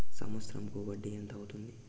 సంవత్సరం కు వడ్డీ ఎంత అవుతుంది?